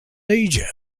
asia